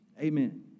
Amen